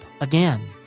again